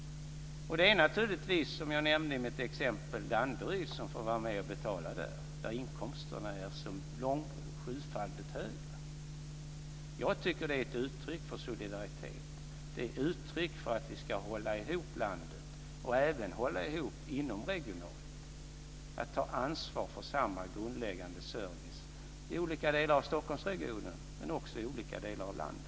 Som jag nämnde i mitt exempel är det naturligtvis Danderyd, där inkomsterna är sjufaldigt högre, som får vara med och betala. Jag tycker att det är ett uttryck för solidaritet. Det är ett uttryck för att vi ska hålla ihop landet, och även hålla ihop inomregionalt och ta ansvar för samma grundläggande service i olika delar av Stockholmsregionen men också i olika delar av landet.